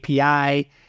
API